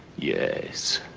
yes.